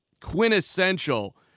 quintessential